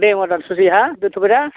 दे होमबा दान्थसै हा दोन्थ'बाय दे